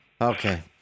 Okay